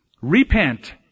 Repent